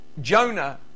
Jonah